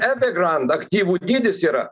evegrand aktyvų dydis yra